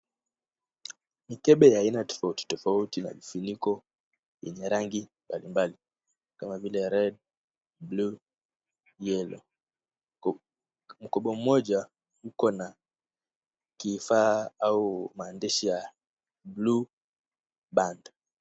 Mikebe ya aina tofauti tofauti na kifuniko yenye rangi mbalimbali kama vile red, blue, yellow . Mkebe moja uko na kifaa au maandishi ya Blueband.